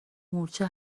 مورچه